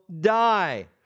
die